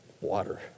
water